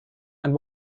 and